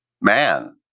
man